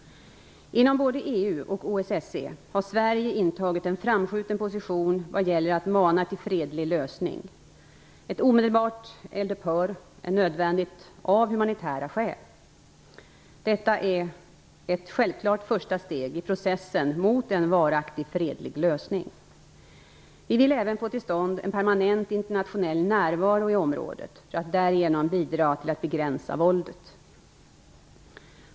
Inom både EU och OSSE har Sverige intagit en framskjuten position vad gäller att mana till en fredlig lösning. Ett omedelbart eldupphör är nödvändigt av humanitära skäl. Detta är ett självklart första steg i processen mot en varaktig fredlig lösning. Vi vill även få till stånd en permanent internationell närvaro i området för att därigenom bidra till att begränsa våldet.